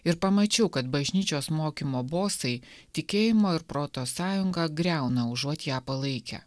ir pamačiau kad bažnyčios mokymo bosai tikėjimo ir proto sąjungą griauna užuot ją palaikę